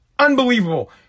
Unbelievable